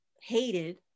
hated